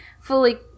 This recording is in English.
fully